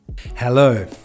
Hello